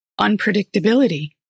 unpredictability